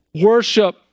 Worship